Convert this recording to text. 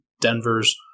Denver's